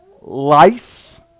lice